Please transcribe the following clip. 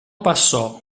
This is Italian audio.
passò